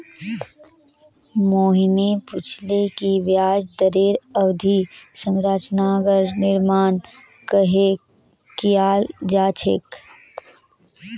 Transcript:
मोहिनी पूछले कि ब्याज दरेर अवधि संरचनार निर्माण कँहे कियाल जा छे